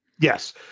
yes